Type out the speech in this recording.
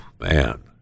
man